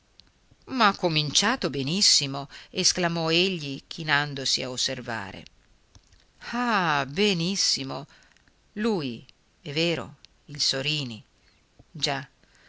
ma cominciato benissimo esclamò egli chinandosi a osservare ah benissimo lui è vero il sorini già